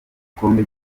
gikombe